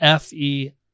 FE